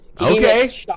Okay